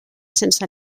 sense